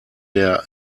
der